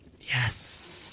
Yes